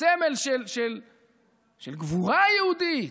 סמל של גבורה יהודית,